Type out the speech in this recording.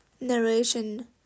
narration